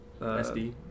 SD